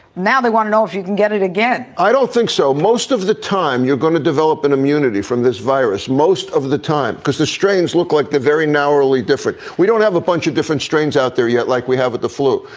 now they want to know if you can get it again i don't think so. most of the time, you're going to develop an immunity from this virus. most of the time, because the strains look like the very naturally different. we don't have a bunch of different strains out there yet like we have the flu.